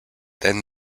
then